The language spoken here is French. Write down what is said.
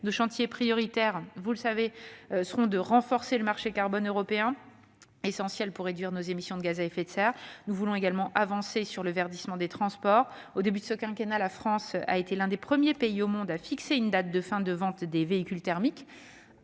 des chantiers prioritaires, vous le savez, sera de renforcer le marché carbone européen, essentiel pour réduire nos émissions de gaz à effet de serre. Nous voulons également avancer sur le verdissement des transports. Au début de ce quinquennat, la France a été l'un des premiers pays au monde à fixer une date pour la fin des ventes de véhicules thermiques,